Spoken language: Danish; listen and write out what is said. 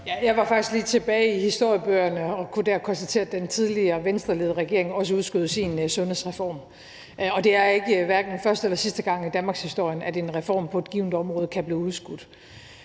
Jeg var faktisk lige tilbage og kigge i historiebøgerne og kunne dér konstatere, at den tidligere venstreledede regering også udskød sin sundhedsreform. Og det er ikke hverken første eller sidste gang i danmarkshistorien, at en reform på et givent område kan blive udskudt.